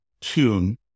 tune